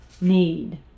need